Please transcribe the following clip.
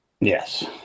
Yes